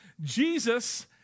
Jesus